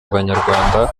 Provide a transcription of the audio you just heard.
abanyarwanda